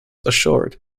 assured